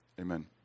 Amen